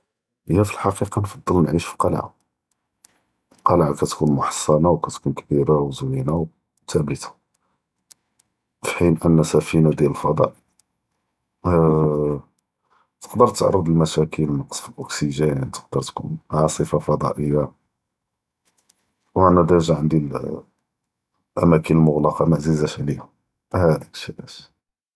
היא פאלחקיקה נفضل נעיש פקליעה, אלקליעה כתכון מחצ'נה וכאתכון גדולה וזווינה ות'אבתה, פחין אן אלספינה דיאל אלפצ'אא, אה תקדאר תעתארצ ללמשאכל ו נקצ פאלאוכסיג'ין, תקדאר תכון עאספה פצ'אאיה, ו אני דיג'א ענדי לאמאכן אלמגלוקה מאעזיזאש עליא.